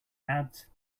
ads